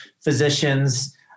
physicians